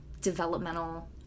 developmental